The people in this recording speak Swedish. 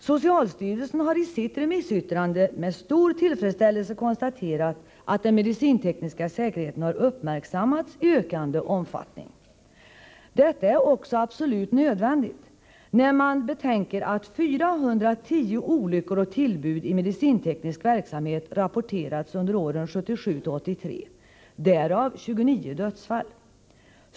Socialstyrelsen har i sitt remissyttrande med stor tillfredsställelse konstaterat att den medicintekniska säkerheten har uppmärksammats i ökande omfattning. Detta är också absolut nödvändigt när man betänker att 410 olyckor och tillbud i medicinteknisk verksamhet rapporterats under åren 1977-1983, därav 29 dödsfall.